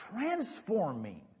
transforming